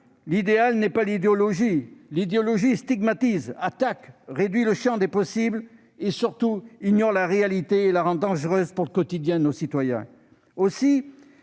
l'idéal n'est pas l'idéologie, laquelle stigmatise, attaque, réduit le champ des possibles et, surtout, ignore la réalité et la rend dangereuse pour le quotidien de nos citoyens. Aussi,